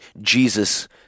Jesus